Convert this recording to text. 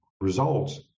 results